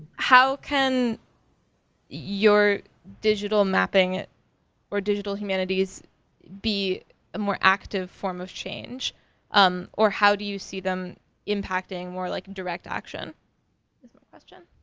how can your digital mapping or digital humanities be a more active form of change um or how do you see them impacting more like direct action? is my question.